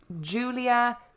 Julia